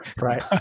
Right